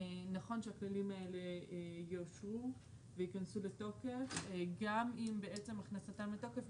נכון שהכללים האלה יאושרו ויכנסו לתוקף וגם אם בעצם הכנסתם לתוקף,